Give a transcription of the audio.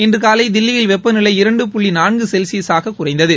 இன்று காலை தில்லியில் வெப்பநிலை இரண்டு புள்ளி நான்கு செல்ஸியசாக குறைந்தது